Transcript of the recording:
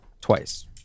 twice